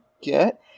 get